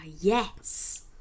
yes